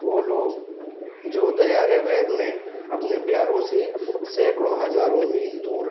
وہ لوگ جو دیار غیرِ میں اپنے پیاروں سے سیکڑوں ہزاروں میل دور